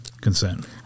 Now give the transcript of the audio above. consent